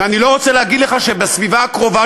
ואני לא רוצה להגיד לך שבסביבה הקרובה